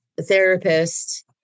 therapist